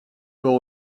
port